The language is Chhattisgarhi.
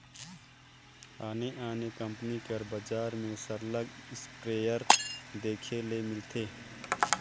आने आने कंपनी कर बजार में सरलग इस्पेयर देखे ले मिलथे